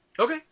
Okay